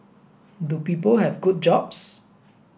do people have good jobs